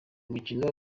mukino